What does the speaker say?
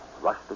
rush